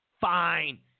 fine